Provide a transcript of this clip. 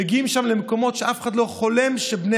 מגיעים שם למקומות שאף אחד לא חולם שבני